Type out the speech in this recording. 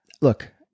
Look